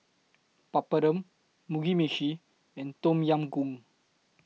Papadum Mugi Meshi and Tom Yam Goong